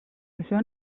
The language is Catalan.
això